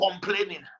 complaining